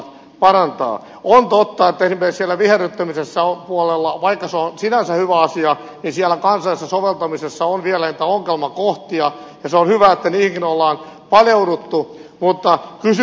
on totta että esimerkiksi siellä viherryttämisen puolella vaikka se on sinänsä hyvä asia kansallisessa soveltamisessa on vielä näitä ongelmakohtia ja se on hyvä että niihinkin on paneuduttu